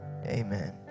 amen